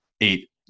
eight